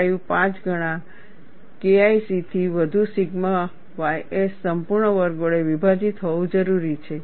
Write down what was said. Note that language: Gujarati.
5 પાંચ ગણા KIC થી વધુ સિગ્મા ys સંપૂર્ણ વર્ગ વડે વિભાજિત હોવું જરૂરી છે